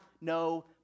no